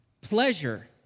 Pleasure